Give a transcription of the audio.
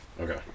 okay